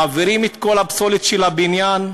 מעבירים את כל פסולת הבניין,